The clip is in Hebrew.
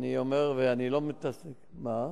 כמה, המשטרה לאחרונה?